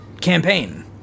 campaign